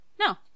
No